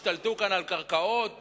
ישתלטו כאן על קרקעות